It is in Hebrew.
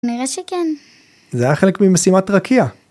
נראה שכן. זה היה חלק ממשימת רקיע.